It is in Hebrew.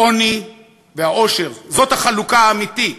העוני והעושר, זאת החלוקה האמיתית.